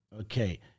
Okay